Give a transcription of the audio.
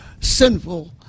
sinful